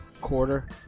quarter